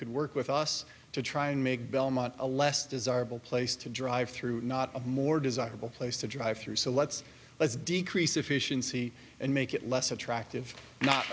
could work with us to try and make belmont a less desirable place to drive through not a more desirable place to drive through so let's let's decrease efficiency and make it less attractive not